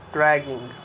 Dragging